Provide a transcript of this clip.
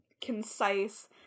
concise